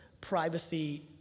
privacy